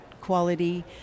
quality